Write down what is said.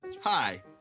Hi